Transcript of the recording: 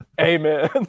Amen